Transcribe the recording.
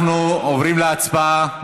אנחנו עוברים להצבעה.